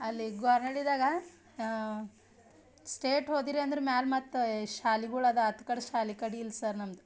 ಅಲ್ಲಿ ಗೋರ್ನಳ್ಳಿದಾಗ ಸ್ಟೇಟ್ ಹೋದಿರಿ ಅಂದ್ರೆ ಮ್ಯಾಲೆ ಮತ್ತೆ ಶಾಲಿಗಳು ಅದ ಅತ್ತ್ ಕಡೆ ಶಾಲೆ ಕಡೆ ಇಲ್ಲ ಸರ್ ನಮ್ಮದು